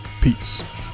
Peace